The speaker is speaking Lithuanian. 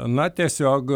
na tiesiog